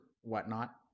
whatnot